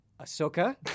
Ahsoka